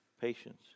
patience